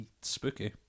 spooky